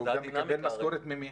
כשהוא גם מקבל משכורת ממי?